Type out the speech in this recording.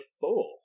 four